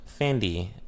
Fendi